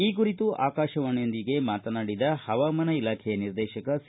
ಈ ಕುರಿತು ಆಕಾಶವಾಣಿಯೊಂದಿಗೆ ಮಾತನಾಡಿದ ಹವಾಮಾನ ಇಲಾಖೆ ನಿರ್ದೇಶಕ ಸಿ